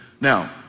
Now